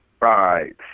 Right